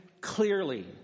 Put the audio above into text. clearly